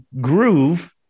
groove